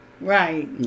Right